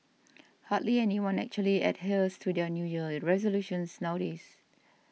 hardly anyone actually adheres to their New Year resolutions nowadays